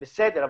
בסדר,